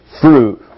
fruit